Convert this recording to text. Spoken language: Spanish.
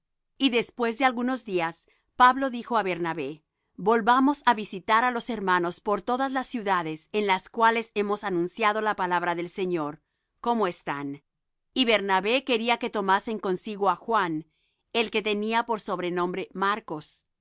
y después de algunos días pablo dijo á bernabé volvamos á visitar á los hermanos por todas las ciudades en las cuales hemos anunciado la palabra del señor cómo están y bernabé quería que tomasen consigo á juan el que tenía por sobrenombre marcos